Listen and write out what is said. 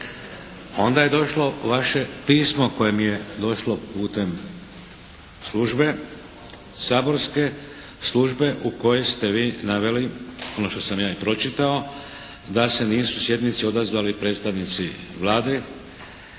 Onda je došlo vaše pismo koje mi je došlo putem službe saborske službe u kojem ste vi naveli ono što sam ja i pročitao da se nisu sjednici odazvali predstavnici Vlade